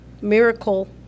miracle